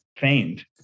feigned